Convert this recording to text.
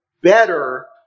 better